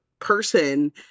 person